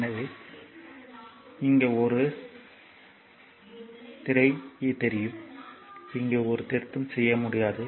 எனவே இங்கே இது ஒரு திரை என்று தெரியும் இங்கே ஒரு திருத்தம் செய்ய முடியாது